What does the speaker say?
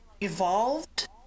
evolved